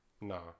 No